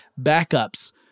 backups